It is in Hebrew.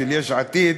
של יש עתיד,